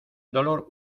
dolor